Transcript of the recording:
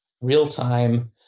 real-time